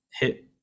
hit